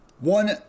One